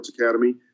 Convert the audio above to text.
Academy